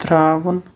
ترٛاوُن